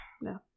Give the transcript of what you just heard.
no